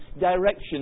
direction